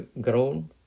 grown